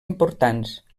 importants